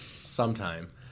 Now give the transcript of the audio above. Sometime